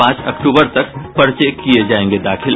पांच अक्टूबर तक पर्चे किये जायेंगे दाखिल